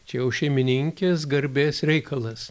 čia jau šeimininkės garbės reikalas